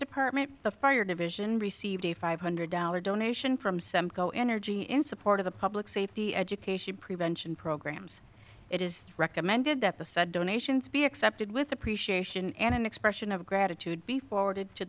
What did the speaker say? department the fire division received a five hundred dollar donation from some go energy in support of the public safety education prevention programs it is recommended that the said donations be accepted with appreciation and an expression of gratitude be forwarded to